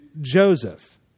Joseph